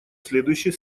следующий